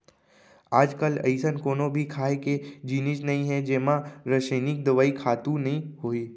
आजकाल अइसन कोनो भी खाए के जिनिस नइ हे जेमा रसइनिक दवई, खातू नइ होही